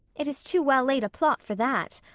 it is too well laid a plot for that.